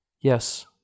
Yes